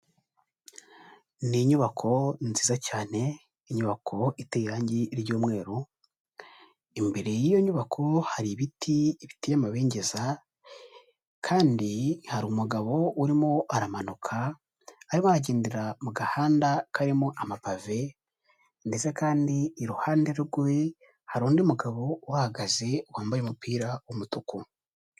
Ni inyubako nziza cyane, inyubako iteye irangi ry'umweru, imbere y'iyo nyubako hari ibiti biteye amabengeza kandi hari umugabo urimo aramanuka, aragendera mu gahanda karimo amapave ndetse kandi iruhande rwe hari undi mugabo uhagaze wambaye umupira w'umutuku.